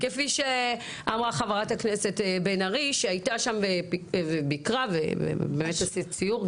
כפי שאמרה חברת הכנסת בן ארי שהייתה שם וביקרה ועשתה סיור.